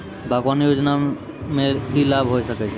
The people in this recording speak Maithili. बागवानी योजना मे की लाभ होय सके छै?